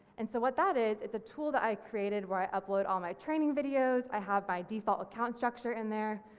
and so what that is, it's a tool that i created where i upload all my training videos, i have my default account structure in there.